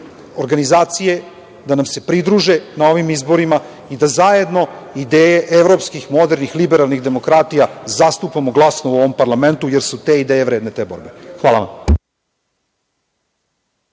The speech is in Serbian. organizacije da nam se pridruže na ovim izborima i da zajedno ideje evropskih, modernih, liberalnih demokratija zastupamo glasno u ovom parlamentu, jer su te ideje vredne te borbe. Hvala.